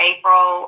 April